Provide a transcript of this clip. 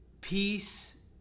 peace